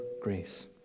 grace